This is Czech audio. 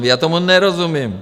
Já tomu nerozumím.